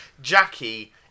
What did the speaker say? Jackie